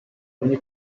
ogni